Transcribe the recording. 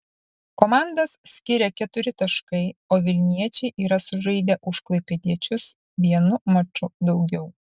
komandas skiria keturi taškai o vilniečiai yra sužaidę už klaipėdiečius vienu maču daugiau